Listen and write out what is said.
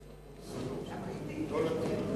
זה לא שייך לאיכות סביבה,